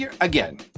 again